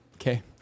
okay